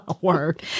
word